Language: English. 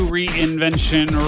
reinvention